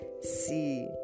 see